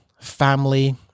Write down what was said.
family